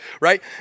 right